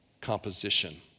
composition